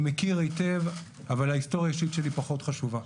מכיר היטב אבל ההיסטוריה האישית שלי פחות חשובה.